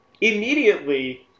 immediately